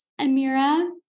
Amira